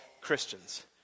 Christians